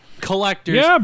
collectors